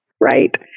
Right